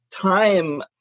time